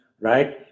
right